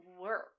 work